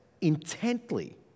intently